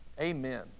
Amen